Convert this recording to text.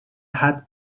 had